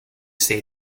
say